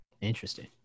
interesting